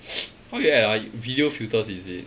what you add ah video filters is it